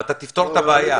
ותפתור את הבעיה.